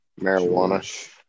Marijuana